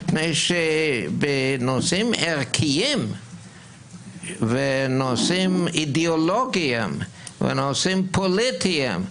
מפני שבנושאים ערכיים ונושאים אידיאולוגיים ונושאים פוליטיים,